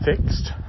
fixed